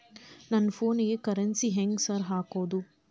ನನ್ ಫೋನಿಗೆ ಕರೆನ್ಸಿ ಹೆಂಗ್ ಸಾರ್ ಹಾಕೋದ್?